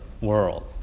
world